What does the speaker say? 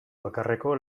bakarreko